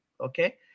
Okay